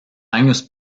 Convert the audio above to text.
años